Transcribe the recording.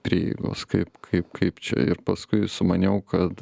prieigos kaip kaip kaip čia ir paskui sumaniau kad